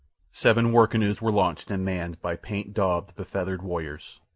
seven war-canoes were launched and manned by paint-daubed, befeathered warriors.